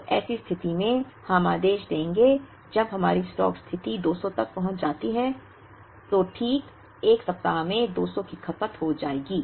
तो ऐसी स्थिति में हम आदेश देंगे जब हमारी स्टॉक स्थिति 200 तक पहुँच जाती है तो ठीक 1 सप्ताह में 200 की खपत हो जाएगी